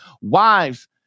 wives